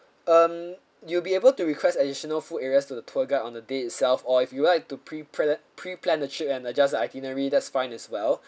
um you'll be able to request additional food areas to the tour guide on the day itself or if you would like to pre pla~ pre-plan the trip and adjust the itinerary that's fine as well